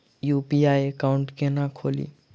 UPI account केना खोलि?